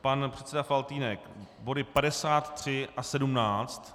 Pan předseda Faltýnek body 53 a 17.